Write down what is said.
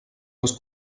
les